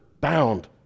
bound